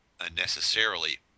unnecessarily